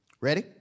Ready